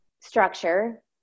structure